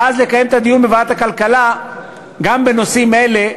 ואז לקיים את הדיון בוועדת הכלכלה גם בנושאים אלה,